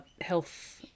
health